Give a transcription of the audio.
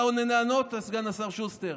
אתה עולה לענות, סגן השר שוסטר?